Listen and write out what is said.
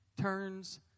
turns